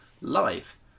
live